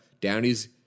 Downey's